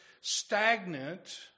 stagnant